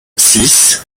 six